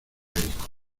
médico